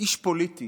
איש פוליטי